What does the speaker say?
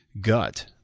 gut